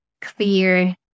clear